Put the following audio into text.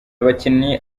abakinnyi